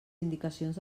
indicacions